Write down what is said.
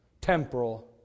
temporal